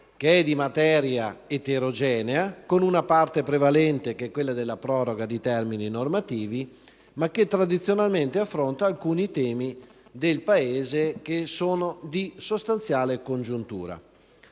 decreto di materia eterogenea, con una parte prevalente quale quella della proroga di termini normativi, ma che tradizionalmente affronta alcuni temi del Paese, che sono di sostanziale congiuntura.